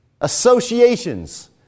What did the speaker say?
Associations